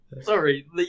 Sorry